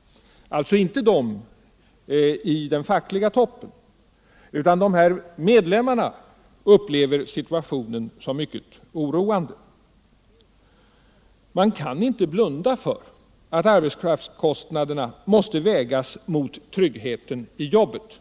— alltså inte de i den fackliga toppen — upplever situationen som mycket oroande. Man kan inte blunda för att arbetskraftskostnaderna måste vägas mot tryggheten i jobbet.